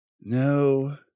No